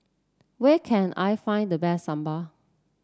where can I find the best Sambal